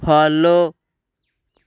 follow